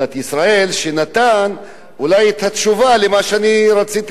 שאולי נתן את התשובה למה שרציתי לדבר,